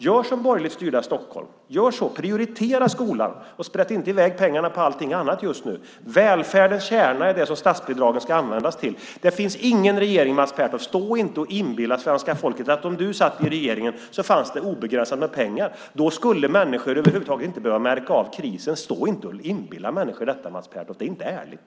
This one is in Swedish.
Gör som borgerligt styrda Stockholm och prioritera skolan och sprätt inte i väg pengarna på allting annat just nu. Välfärdens kärna är det som statsbidragen ska användas till. Mats Pertoft, stå inte och inbilla svenska folket att om du satt i regeringen skulle det finnas obegränsat med pengar och människor skulle över huvud taget inte behöva märka av krisen! Stå inte och inbilla människor det, Mats Pertoft, det är inte ärligt!